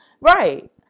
Right